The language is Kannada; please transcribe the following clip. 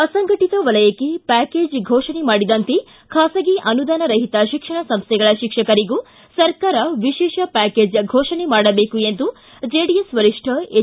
ಅಸಂಘಟಿತ ವಲಯಕ್ಕೆ ಪ್ಯಾಕೇಜ್ ಘೋಷಣೆ ಮಾಡಿದಂತೆ ಖಾಸಗಿ ಅನುದಾನರಹಿತ ಶಿಕ್ಷಣ ಸಂಸ್ಥೆಗಳ ಶಿಕ್ಷಕರಿಗೂ ಸರ್ಕಾರ ವಿಶೇಷ ಪ್ಯಾಕೇಜ್ ಘೋಷಣೆ ಮಾಡಬೇಕು ಎಂದು ಜೆಡಿಎಸ್ ವರಿಷ್ಠ ಎಚ್